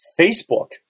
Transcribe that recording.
Facebook